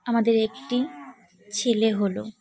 আমাদের একটি ছেলে হলো